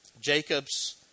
Jacob's